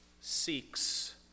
seeks